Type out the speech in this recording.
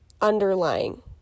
underlying